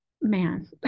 man